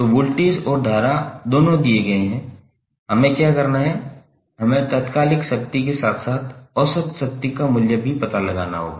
तो वोल्टेज और धारा दोनों दिए गए हैं हमें क्या करना है हमें तात्कालिक के साथ साथ औसत शक्ति का मूल्य भी पता लगाना होगा